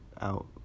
out